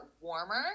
warmer